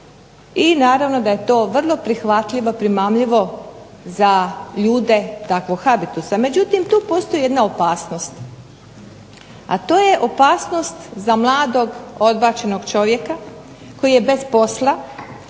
i naravno da je to vrlo prihvatljivo, primamljivo za ljude takvog habitusa. Međutim, tu postoji jedna opasnost, a to je opasnost za mladog odbačenog čovjeka koji je bez posla,